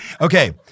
okay